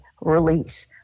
release